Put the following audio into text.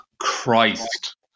Christ